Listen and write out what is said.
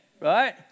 right